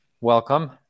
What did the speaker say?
welcome